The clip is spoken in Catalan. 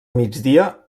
migdia